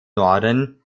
norden